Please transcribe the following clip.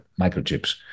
microchips